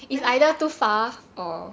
very hard